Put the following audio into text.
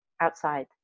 outside